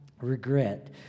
regret